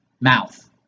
mouth